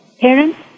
Parents